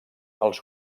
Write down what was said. els